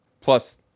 plus